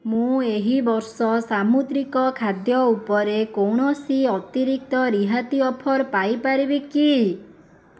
ମୁଁ ଏହି ବର୍ଷ ସାମୁଦ୍ରିକ ଖାଦ୍ୟ ଉପରେ କୌଣସି ଅତିରିକ୍ତ ରିହାତି ଅଫର ପାଇପାରିବି କି